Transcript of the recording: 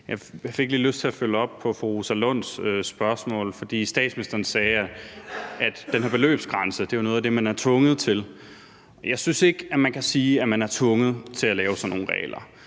Jeg fik lige lyst til at følge op på fru Rosa Lunds spørgsmål, for statsministeren sagde, at den her beløbsgrænse er noget af det, man er tvunget til. Jeg synes ikke, man kan sige, at man er tvunget til at lave sådan nogle regler.